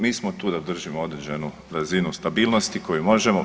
Mi smo tu da držimo određenu razinu stabilnosti koju možemo.